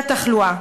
והתחלואה.